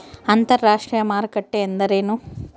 ಅಂತರಾಷ್ಟ್ರೇಯ ಮಾರುಕಟ್ಟೆ ಎಂದರೇನು?